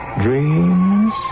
dreams